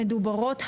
מדוברות המון,